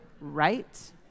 Right